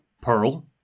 Pearl